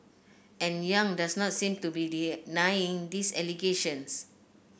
and Yong does not seem to be denying these allegations